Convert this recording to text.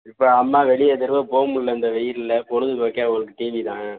இப்போ அம்மா வெளியே தெருவில் போக முடியல இந்த வெயில்ல பொழுது போக்கே அவங்களுக்கு டிவி தான்